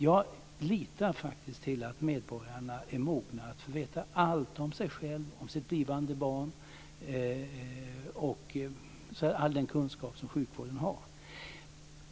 Jag litar faktiskt till att medborgarna är mogna att få veta allt om sig själva och om sitt blivande barn och att få all den kunskap som sjukvården har.